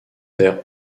der